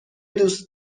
دوست